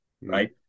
right